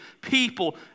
people